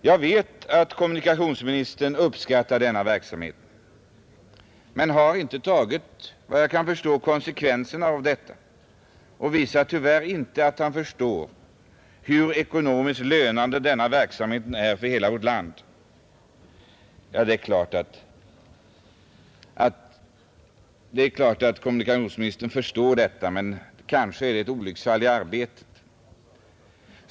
Jag vet att kommunikationsministern uppskattar denna verksamhet, men han har såvitt jag kan förstå inte tagit konsekvenserna av detta och Bidrag till nationalvisar tyvärr inte att han förstår hur ekonomiskt lönande denna föreningen för tra verksamhet är för hela vårt land. Ja, det är klart att kommunikationsministern förstår det, men kanske är detta ett olycksfall i arbetet.